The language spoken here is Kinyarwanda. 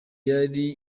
yari